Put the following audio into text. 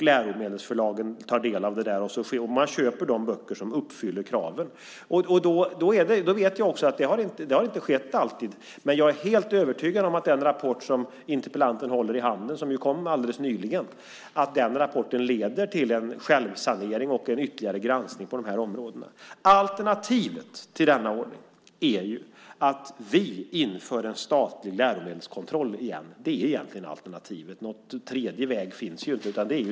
Läromedelsförlagen tar del av detta, och man köper de böcker som uppfyller kraven. Jag vet att det inte alltid har gått till så, men jag är helt övertygad om att den rapport som interpellanten har i handen och som kom alldeles nyligen leder till en självsanering och en ytterligare granskning på de här områdena. Alternativet till denna ordning är att vi inför en statlig läromedelskontroll igen. Det är det enda alternativet. Någon tredje väg finns inte.